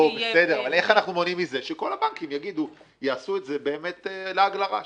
אבל איך אנחנו מונעים מצב שכל הבנקים יעשו מזה באמת לעג לרש?